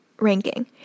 Ranking